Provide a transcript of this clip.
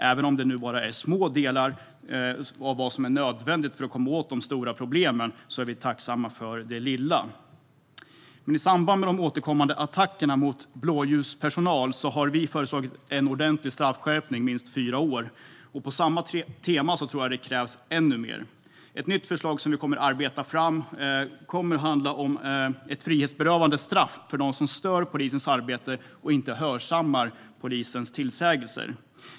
Även om det nu bara är små delar av vad som är nödvändigt för att komma åt de stora problemen är vi tacksamma för det lilla. I samband med de återkommande attackerna mot blåljuspersonal har vi föreslagit en ordentlig straffskärpning till minst fyra år. På samma tema tror jag att det krävs ännu mer. Ett nytt förslag som vi kommer att arbeta fram kommer att handla om ett frihetsberövande straff för dem som stör polisens arbete och inte hörsammar polisens tillsägelser.